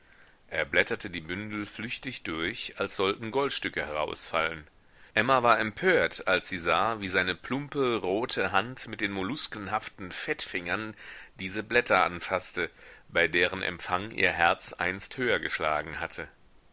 er blätterte die bündel flüchtig durch als sollten goldstücke herausfallen emma war empört als sie sah wie seine plumpe rote hand mit den molluskenhaften fettfingern diese blätter anfaßte bei deren empfang ihr herz einst höher geschlagen hatte